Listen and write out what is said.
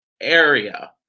area